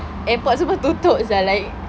airports semua tutup sia like